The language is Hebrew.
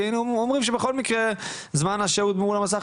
כי היינו אומרים שבכל מקרה זמן השהות מול המסך